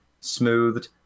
smoothed